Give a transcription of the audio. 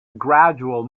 gradual